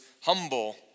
humble